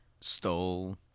stole